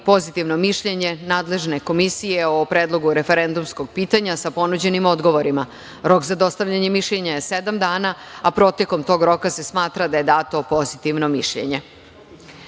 pozitivno mišljenje nadležne komisije o predlogu referendumskog pitanja sa ponuđenim odgovorima. Rok za dostavljanje mišljenja je sedam dana, a protokom tog roka se smatra da je dato pozitivno mišljenje.U